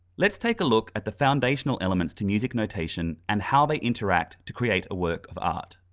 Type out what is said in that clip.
let's take a look at the foundational elements to music notation and how they interact to create a work of art.